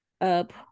up